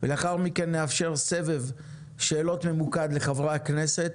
לאחר מכן נאפשר סבב שאלות ממוקד לחברי הכנסת,